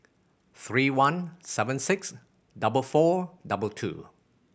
three one seven six double four double two